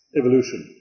evolution